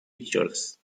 pictures